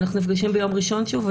אנחנו נפגשים ביום ראשון שוב,